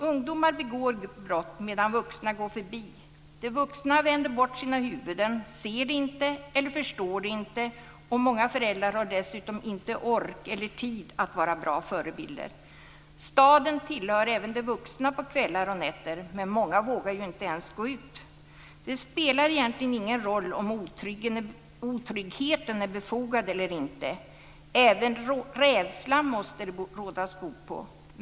Ungdomar begår brott medan vuxna går förbi. De vuxna vänder bort sina huvuden, ser det inte eller förstår det inte, och många föräldrar har dessutom inte ork eller tid att vara bra förebilder. Staden tillhör även de vuxna på kvällar och nätter, men många vågar inte ens gå ut. Det spelar egentligen ingen roll om otryggheten är befogad eller inte. Även rädslan måste det rådas bot på.